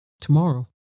tomorrow